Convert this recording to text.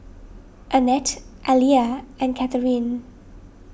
Annette Aleah and Catherine